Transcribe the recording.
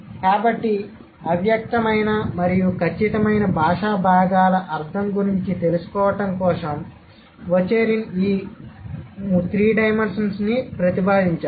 కాబట్టి అవ్యక్తమైన మరియు ఖచ్చితమైన బాషా భాగాల అర్థం గురించి తెలుసుకోవటం కోసం వచేరిన్ ఈ మూడు డైమెన్షన్స్ ని ప్రతిపాదించాడు